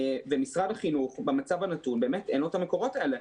במצב הנתון למשרד החינוך אין את המקורות האלה,